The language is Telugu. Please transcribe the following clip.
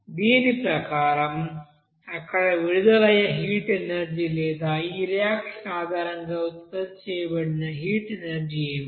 దీని ప్రకారం అక్కడ విడుదలయ్యే హీట్ ఎనర్జీ లేదా ఈ రియాక్షన్ ఆధారంగా ఉత్పత్తి చేయబడిన హీట్ ఎనర్జీ ఏమిటి